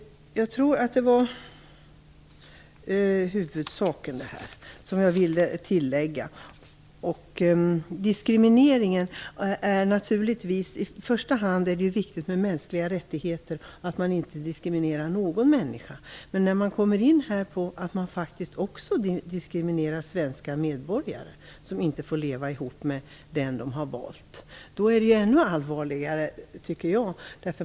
När det gäller diskrimineringen är det naturligtvis i första hand de mänskliga rättigheterna som är viktiga; man får inte diskriminera någon människa. Men det är ännu allvarligare när det handlar om att också svenska medborgare diskrimineras, som inte får leva ihop med dem som de har valt.